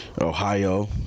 Ohio